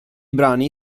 brani